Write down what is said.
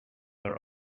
her